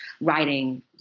writing